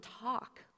talk